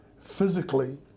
physically